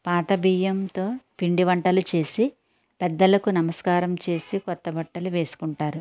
పాత బియ్యంతో పిండి వంటలు చేసి పెద్దలకు నమస్కారం చేసి కొత్త బట్టలు వేసుకుంటారు